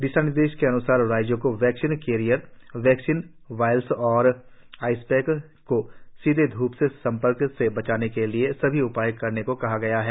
दिशानिर्देशों के अनुसार राज्यों को वैक्सीन कैरियर वैक्सीन वायल्स या आइसपैक को सीधे धूप के संपर्क में आने से बचाने के सभी उपाय करने को कहा गया है